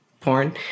porn